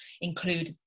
include